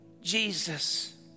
Jesus